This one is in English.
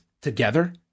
together